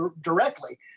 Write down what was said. directly